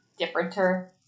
differenter